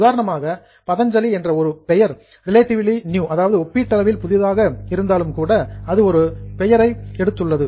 உதாரணமாக பதஞ்சலி என்ற ஒரு பெயர் ரிலேட்டிவிலி நியூ ஒப்பீட்டளவில் புதிதாக இருந்தாலும் கூட அது ஒரு பெரிய பெயரை எடுத்துள்ளது